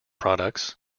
products